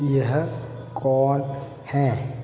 यह कौन है